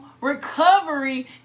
Recovery